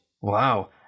Wow